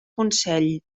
consell